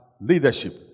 leadership